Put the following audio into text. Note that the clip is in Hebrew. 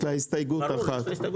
יש לה הסתייגות אחת.